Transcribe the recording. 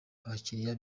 abakiriya